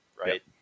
right